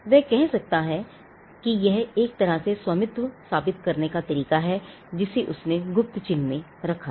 वह कह सकता है कि यह एक तरह से स्वामित्व साबित करने का एक तरीका है जिसे उसने गुप्त चिह्न में रखा था